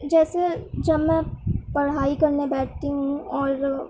جیسے جب میں پڑھائی کرنے بیٹھتی ہوں اور